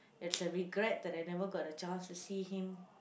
it's a regret that I never got the chance to see him